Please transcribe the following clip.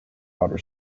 outer